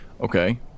Okay